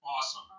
Awesome